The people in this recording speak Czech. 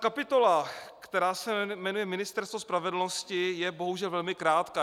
Kapitola, která se jmenuje Ministerstvo spravedlnosti, je bohužel velmi krátká.